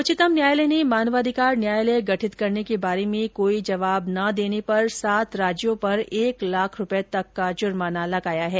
उच्चतम न्यायालय ने मानवाधिकार न्यायालय गठित करने के बारे में कोई जवाब न देने पर सात राज्यों पर एक लाख रुपये तक का जर्माना लगाया है